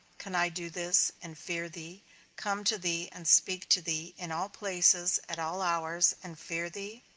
can i do this, and fear thee come to thee and speak to thee, in all places, at all hours, and fear thee?